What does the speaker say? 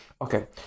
okay